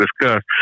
discuss